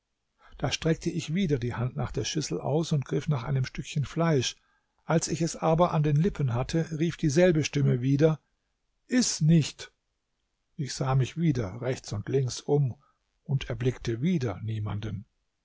da streckte ich wieder die hand nach der schüssel aus und griff nach einem stückchen fleisch als ich es aber an den lippen hatte rief dieselbe stimme wieder iß nicht ich sah mich wieder rechts und links um und erblickte wieder niemanden